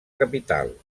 capital